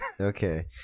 Okay